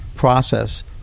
process